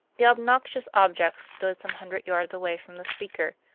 the obnoxious objects stood some hundred yards away from the speaker,